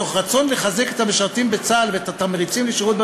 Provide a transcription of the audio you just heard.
מתוך רצון לחזק את המשרתים בצה"ל ואת התמריצים לשירות,